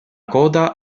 coda